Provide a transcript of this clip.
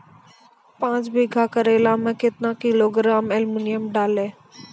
पाँच बीघा करेला मे क्या किलोग्राम एलमुनियम डालें?